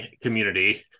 community